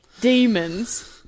demons